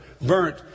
burnt